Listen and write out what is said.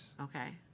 Okay